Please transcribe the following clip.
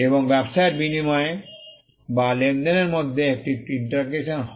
এবং ব্যবসায়ের বিনিময়ে বা লেনদেনের মধ্যে একটি ইন্টারকেশন হয়